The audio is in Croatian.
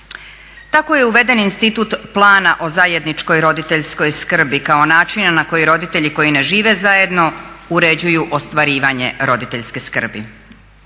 Tako je uveden institut plana o zajedničkoj roditeljskoj skrbi kao načina na koji roditelji koji ne žive zajedno uređuju ostvarivanje roditeljske skrbi.